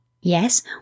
Yes